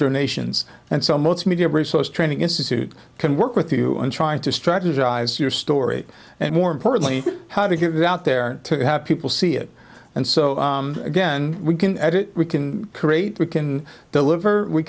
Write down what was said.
donations and so much media resource training institute can work with you and trying to strategize your story and more importantly how to get it out there to have people see it and so again we can edit we can create we can deliver we